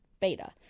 Beta